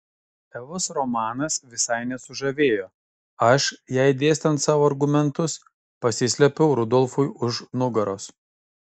evos romanas visai nesužavėjo aš jai dėstant savo argumentus pasislėpiau rudolfui už nugaros